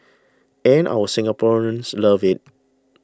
and our Singaporeans love it